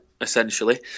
essentially